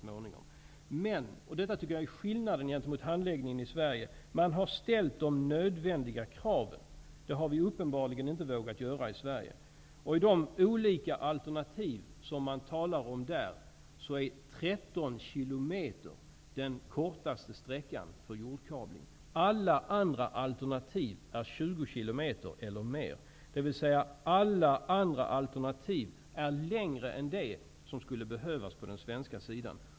Men -- detta är skillnaden mot handläggningen i Sverige -- man har ställt de nödvändiga kraven. Det har vi uppenbarligen inte vågat göra i Sverige. I de olika alternativ som man där diskuterar är 13 km den kortaste sträckan för jordkabling. Alla andra alternativ är 20 km eller mer, dvs. alla andra alternativ är längre än det som skulle behövas på den svenska sidan.